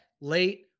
late